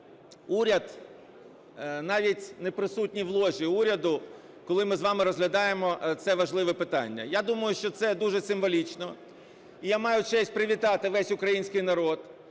уряд навіть не присутній у ложі уряду, коли ми з вами розглядаємо це важливе питання. Я думаю, що це дуже символічно, і я маю честь привітати весь український народ